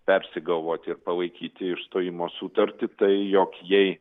persigalvoti ir palaikyti išstojimo sutartį tai jog jei